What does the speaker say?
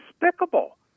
despicable